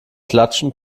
klatschen